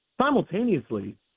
Simultaneously